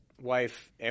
wife –